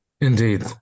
Indeed